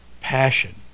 passion